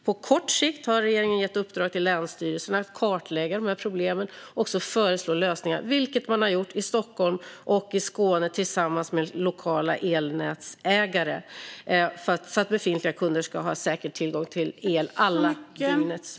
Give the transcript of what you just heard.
På kort sikt har regeringen gett i uppdrag till länsstyrelserna att kartlägga dessa problem och att föreslå lösningar. Detta har man i Stockholm och i Skåne gjort tillsammans med lokala elnätsägare, så att befintliga kunder ska ha säker tillgång till el alla årets dagar.